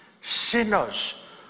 sinners